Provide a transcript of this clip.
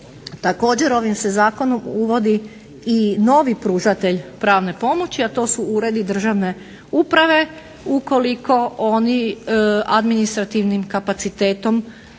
Također ovim se zakonom uvodi i novi pružatelj pravne pomoć, a to su uredi državne uprave, ukoliko oni administrativnim kapacitetom